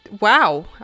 Wow